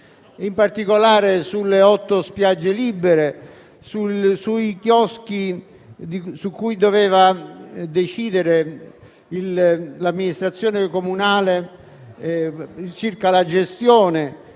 in particolare, sulle otto spiagge libere, sui chioschi su cui doveva decidere l'amministrazione comunale circa la gestione,